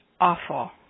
awful